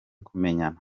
kumenyana